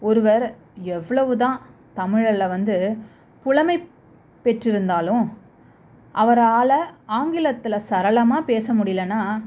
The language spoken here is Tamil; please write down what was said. ஒருவர் எவ்வளவு தான் தமிழில் வந்து புலமை பெற்றிருந்தாலும் அவரால் ஆங்கிலத்தில் சரளமாக பேச முடிலைன்னா